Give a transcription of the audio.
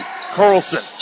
Carlson